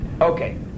Okay